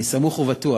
אני סמוך ובטוח